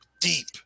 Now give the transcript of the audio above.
deep